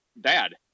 dad